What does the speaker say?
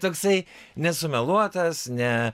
toksai nesumeluotas ne